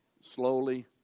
slowly